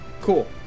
Cool